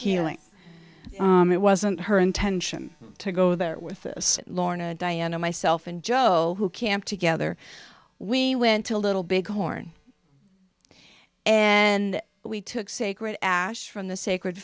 healing it wasn't her intention to go there with lorna diana myself and joe who camp together we went to little big horn and we took sacred ass from the sacred